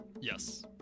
Yes